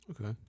Okay